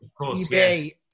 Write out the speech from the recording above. eBay